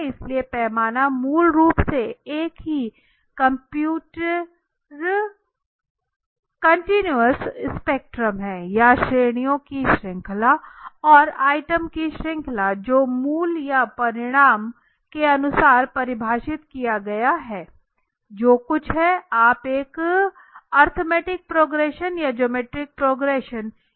इसलिए पैमाने मूल रूप से है एक कंटीन्यूअस स्पेक्ट्रम है या श्रेणियों की श्रृंखला और आइटम की श्रृंखला जो मूल्य या परिमाण के अनुसार परिभाषित किया गया है जो कुछ है आप एक अर्थमेटिक प्रोग्रेशन या ज्योमैट्रिक प्रोग्रेशन के बारे में सोच सकते हैं